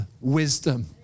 wisdom